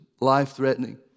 life-threatening